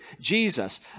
Jesus